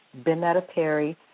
BenettaPerry